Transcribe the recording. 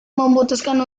memutuskan